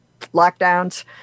lockdowns